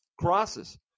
Crosses